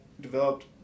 developed